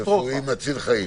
רפואי מציל חיים.